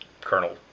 Colonel